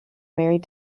married